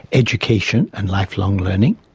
education and lifelong learning,